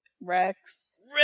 Rex